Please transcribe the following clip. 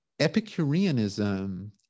Epicureanism